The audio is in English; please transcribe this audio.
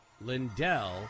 Lindell